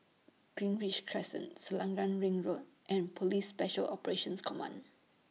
Greenridge Crescent Selarang Ring Road and Police Special Operations Command